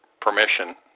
permission